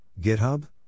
GitHub